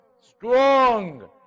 strong